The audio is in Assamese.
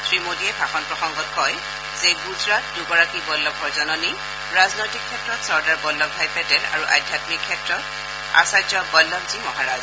শ্ৰীমোডীয়ে ভাষণ প্ৰসংগত কয় যে গুজৰাট দুগৰাকী বল্লভৰ জননী ৰাজনৈতিক ক্ষেত্ৰত চৰ্দাৰ বল্লভভাই পেটেল আৰু আধ্যামিক ক্ষেত্ৰত আচাৰ্য বল্লভজী মহাৰাজ